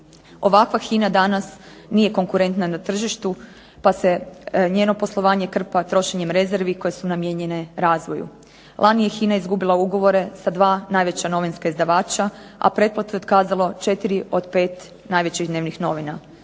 Ovakva HINA danas nije konkurentna na tržištu pa se njeno poslovanje krpa trošenjem rezervi koje su namijenjene razvoju. Lani je HINA izgubila ugovore sa dva najveća novinska izdavača, a pretplatu je otkazalo četiri od pet najvećih dnevnih novina.